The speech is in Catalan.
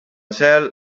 cel